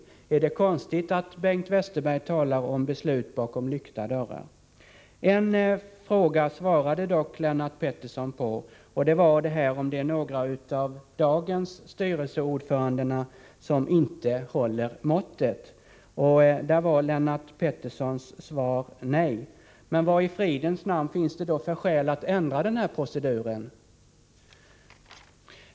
Är det så konstigt att Bengt Westerberg talar om beslut bakom lyckta dörrar? En fråga svarade dock Lennart Pettersson på, nämligen följande: Finns det någon styrelseordförande i dag som inte håller måttet? Lennart Pettersson svarade nej på den frågan. Men vad i fridens namn finns det för skäl att ändra på den här proceduren?